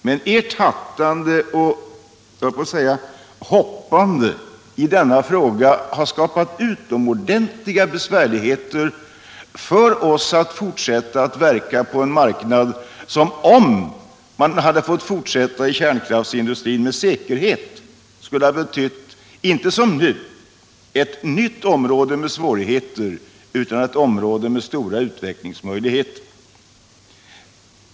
Men ert hattande och jag skulle vilja säga hoppande i denna fråga har gjort det utomordentligt besvärligt för oss att fortsätta att verka på en marknad som, om man hade fått fortsätta i-kärnkraftsindustrin med säkerhet, skulle ha betytt inte som nu ett nytt område med svårigheter utan ett område med stora utvecklingsmöjligheter.